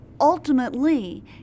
ultimately